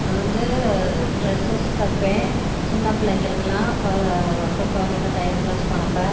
நான் வந்து ட்ரெஸ்சஸ் தைப்பேன் சின்ன பிள்ளைங்களுக்குலாம் அப்போ போனப்போ தையல் கிளாஸ் போனப்போ